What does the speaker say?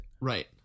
Right